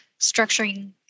structuring